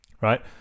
Right